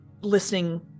listening